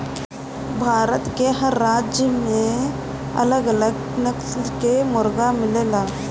भारत के हर राज्य में अलग अलग नस्ल कअ मुर्गा मिलेलन